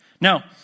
Now